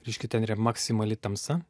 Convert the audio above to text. reiškia ten yra maksimali tamsa